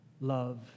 love